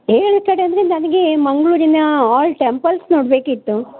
ಹೇಳಿದ್ದ ಕಡೆ ಅಂದರೆ ನನಗೆ ಮಂಗಳೂರಿನ ಆಲ್ ಟೆಂಪಲ್ಸ್ ನೋಡಬೇಕಿತ್ತು